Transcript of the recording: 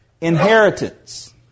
inheritance